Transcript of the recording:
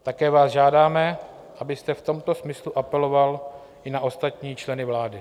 Také vás žádáme, abyste v tomto smyslu apeloval i na ostatní členy vlády.